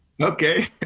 Okay